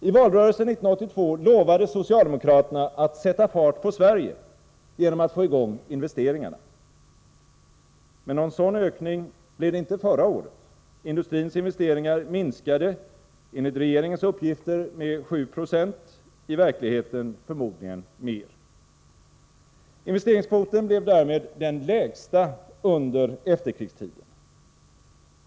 I valrörelsen 1982 lovade socialdemokraterna att sätta fart på Sverige genom att få i gång investeringarna. Men någon sådan ökning blev det inte förra året. Industrins investeringar minskade enligt regeringens uppgifter med 7 90, i verkligheten förmodligen mer. Investeringskvoten blev därmed den lägsta under efterkrigstiden.